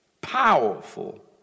powerful